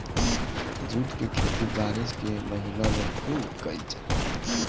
jute के खेती बारिश के महीना में खुब कईल जाला